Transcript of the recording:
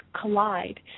collide